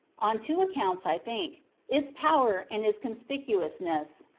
on two accounts, i think its power and its conspicuousness.